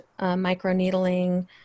microneedling